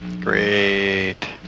Great